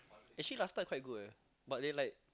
actually last time quite good eh but they like